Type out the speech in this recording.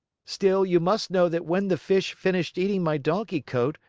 still, you must know that when the fish finished eating my donkey coat,